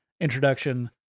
introduction